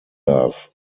darf